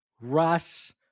Russ